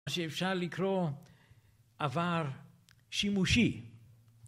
שאפשר לקרוא עבר שימושי